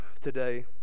today